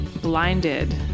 blinded